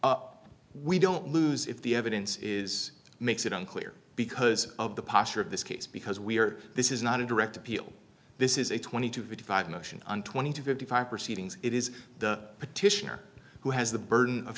we don't lose if the evidence is makes it unclear because of the posture of this case because we are this is not a direct appeal this is a twenty two to five motion and twenty two fifty five proceedings it is the petitioner who has the burden of